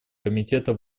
комитета